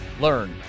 learn